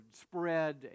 spread